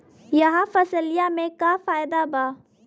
यह फसलिया में का फायदा बा?